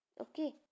Okay